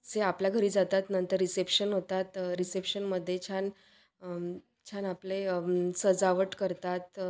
चे आपल्या घरी जातात नंतर रिसेप्शन होतात रिसेप्शनमध्ये छान छान आपले सजावट करतात